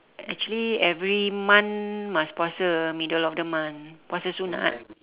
actually every month must puasa middle of the month puasa sunat